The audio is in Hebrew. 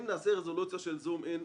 אם נעשה רזולוציה של זום אין,